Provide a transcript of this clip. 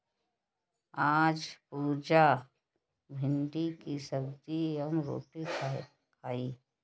आज पुजा भिंडी की सब्जी एवं रोटी खाई